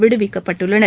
விடுவிக்கப்பட்டுள்ளனர்